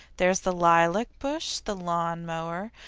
there's the lilac bush, the lawn-mower,